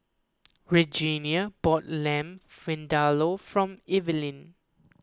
Regenia bought Lamb Vindaloo from Evelin